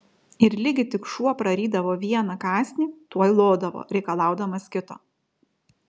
ir ligi tik šuo prarydavo vieną kąsnį tuoj lodavo reikalaudamas kito